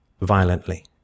violently